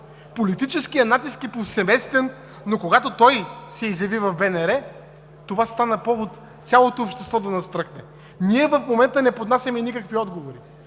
Политическият натиск е повсеместен, но когато той се изяви в БНР, това стана повод цялото общество да настръхне. Ние в момента не поднасяме никакви отговори.